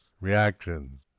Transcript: reactions